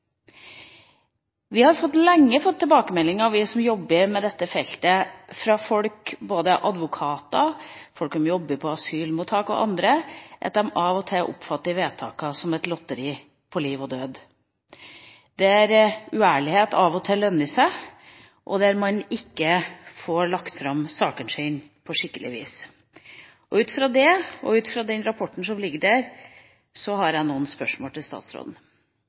Vi som jobber med dette feltet, har lenge fått tilbakemeldinger fra både advokater, folk som jobber på asylmottak – og andre – om at de av og til oppfatter vedtakene som et lotteri på liv og død, der uærlighet av og til lønner seg, og der man ikke får lagt fram sakene sine på skikkelig vis. Ut fra det, og ut fra den rapporten som foreligger, har jeg noen spørsmål til statsråden.